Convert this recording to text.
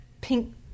pink